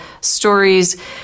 stories